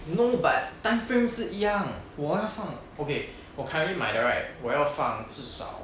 no but timeframe 是一样我要放 okay 我 currently 买的 right 我要放至少